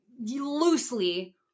loosely